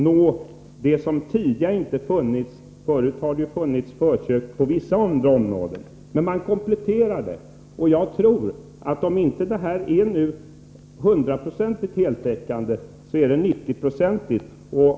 Förut har det funnits möjlighet till förköp på vissa områden, men man kompletterar förköpslagen, och jag tror att om lagen ännu inte är heltäckande så ger den 90-procentig täckning.